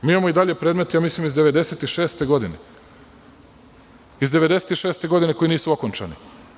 Mi imamo i dalje predmete mislim i iz 1996. godine koji nisu okončani.